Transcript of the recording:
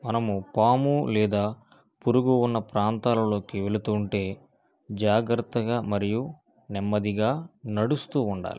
మనము పాము లేదా పురుగు ఉన్న ప్రాంతాలలోకి వెళుతూ ఉంటే జాగ్రత్తగా మరియు నెమ్మదిగా నడుస్తూ ఉండాలి